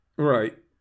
Right